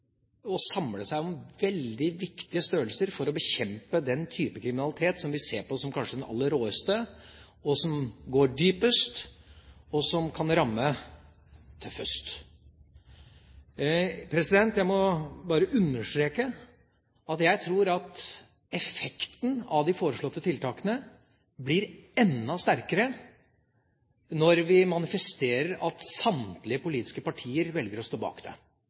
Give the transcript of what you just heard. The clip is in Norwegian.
å samle seg om veldig viktige størrelser for å bekjempe den type kriminalitet som vi ser på som kanskje den aller råeste, som går dypest og som kan ramme tøffest. Jeg må bare understreke at jeg tror at effekten av de foreslåtte tiltakene blir enda sterkere når vi manifesterer at samtlige politiske partier velger å stå bak dem. Jeg må bare også si at når det